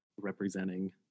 representing